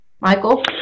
Michael